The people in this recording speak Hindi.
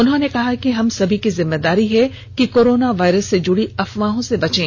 उन्होंने कहा है कि हम सबकी की जिम्मेदारी है कि कोरोना वायरस से जुड़ी अफवाहों से बचें